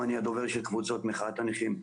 ואני הדובר של קבוצות מחאת הנכים.